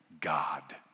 God